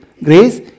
Grace